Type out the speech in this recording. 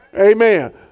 Amen